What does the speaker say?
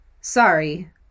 Sorry